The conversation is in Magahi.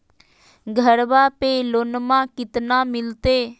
घरबा पे लोनमा कतना मिलते?